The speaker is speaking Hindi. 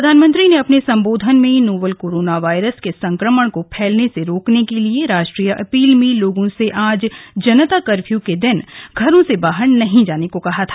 प्रधानमंत्री ने अपने संबोधन मेँ नोवेल कोरोना वायरस के संक्रमण को फैलने से रोकने के लिए राष्ट्रीय अपील में लोगों से आज जनता कर्फ्यू के दिन घरों से बाहर नहीं जाने को कहा था